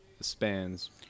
spans